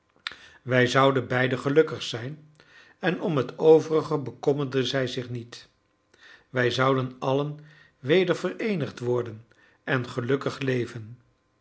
wij zouden beiden gelukkig zijn en om het overige bekommerde zij zich niet wij zouden allen weder vereenigd worden en gelukkig leven